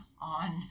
on